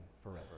forever